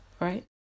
right